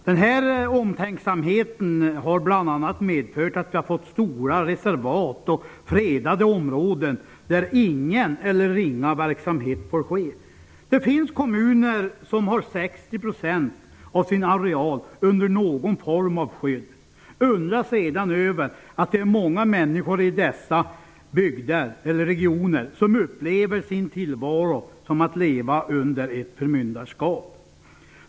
Den här omtänksamheten har bl.a. medfört att vi har fått stora reservat och fredade områden där ingen eller ringa verksamhet får ske. Det finns kommuner som har 60 % av sin areal under någon form av skydd. Undra sedan på att många människor i dessa regioner upplever sin tillvaro som att leva under ett förmyndarskap!